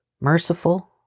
Merciful